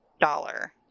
dollar